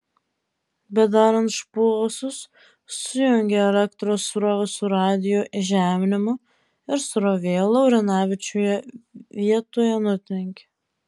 bedarant šposus sujungė elektros srovę su radijo įžeminimu ir srovė laurinavičių vietoje nutrenkė